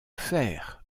faire